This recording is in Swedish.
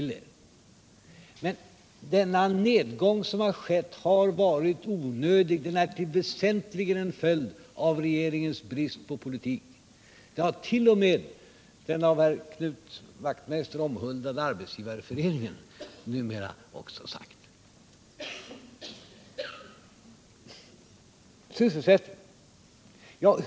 Den nedgång som har skett har varit onödig. Den är till väsentlig del en följd av regeringens brist på politik. Det har t.o.m. den av Knut Wachtmeister så omhuldade Arbetsgivareföreningen numera sagt. Sysselsättningen!